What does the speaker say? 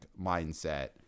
mindset